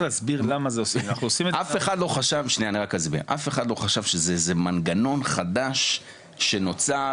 אף אחד לא חשב שזה איזה מנגנון חדש שנוצר,